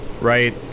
right